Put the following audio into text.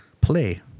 play